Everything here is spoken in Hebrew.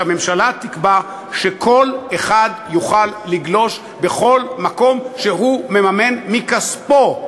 שהממשלה תקבע שכל אחד יוכל לגלוש בכל מקום שהוא מממן מכספו,